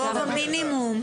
גובה מינימום.